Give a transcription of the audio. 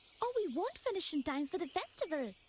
or we won't finish in time for the festival.